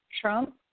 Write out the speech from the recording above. Trump